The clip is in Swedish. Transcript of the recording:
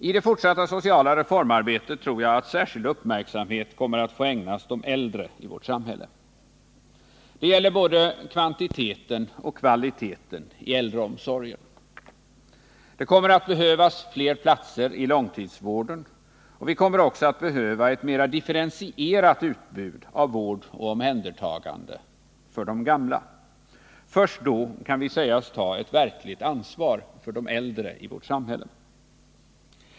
I det fortsatta sociala reformarbetet tror jag att särskild uppärksamhet kommer att få ägnas de äldre i vårt samhälle. Det gäller både kvantiteten och kvaliteten i äldreomsorgen. Det kommer att behövas fler platser i långtidsvården, och vi kommer också att behöva ett mer differentierat utbud av vård och omhändertagande för de gamla. Först då kan vi sägas ta ett verkligt ansvar för de äldre i vårt samhälle.